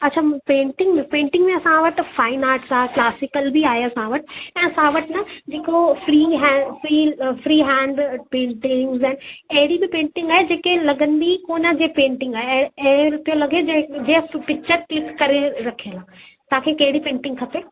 अछा पेंटिंग में पेंटिंग में असां वटि फ़ाइन आर्टस आहे क्लासिकल बि आहे असां वटि ऐं असां वटि न जेको free hand feel free hand painting आहिनि अहिड़ी बि पेंटिंग आहे जेके लॻंदी कोन आहे की पेंटिंग आहे ऐं अहिड़ो पियो लॻे जे जीअं कोई पिक्चर क्लिक करे रखियलु आहे तव्हांखे कहिड़ी पेंटिंग खपे